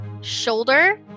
shoulder